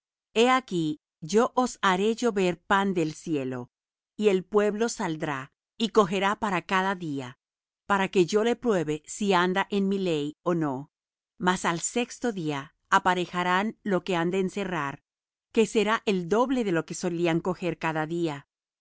he aquí yo os haré llover pan del cielo y el pueblo saldrá y cogerá para cada un día para que yo le pruebe si anda en mi ley ó no mas al sexto día aparejarán lo que han de encerrar que será el doble de lo que solían coger cada día